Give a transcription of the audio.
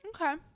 Okay